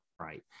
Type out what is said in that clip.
right